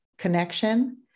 connection